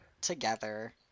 together